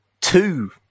two